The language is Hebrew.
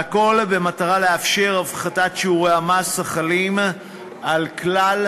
והכול במטרה לאפשר הפחתת שיעורי המס החלים על כלל